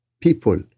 people